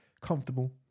comfortable